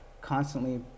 constantly